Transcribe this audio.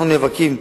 אנחנו נאבקים,